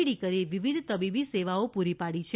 D કરી વિવિધ તબીબી સેવાઓ પૂરી પાડી છે